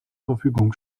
verfügung